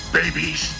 babies